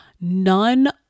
none